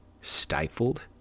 stifled